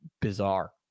bizarre